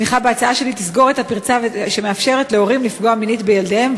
תמיכה בהצעה שלי תסגור את הפרצה שמאפשרת להורים לפגוע מינית בילדיהם,